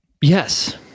Yes